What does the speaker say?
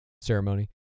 ceremony